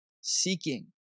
seeking